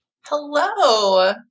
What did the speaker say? Hello